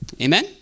amen